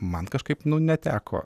man kažkaip nu neteko